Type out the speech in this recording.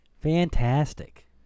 fantastic